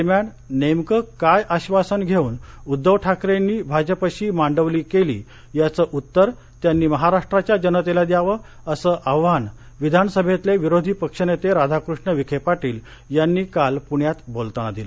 दरम्यान नेमकं काय आश्वासन घेऊन उद्धव ठाकरेंनी भाजपशी मांडवली केली याचं उत्तर त्यांनी महाराष्ट्राच्या जनतेला द्यावं असं आव्हान विधानसभेतले विरोधी पक्षनेते राधाकृष्ण विखे पाटील यांनी काल पूण्यात बोलताना दिलं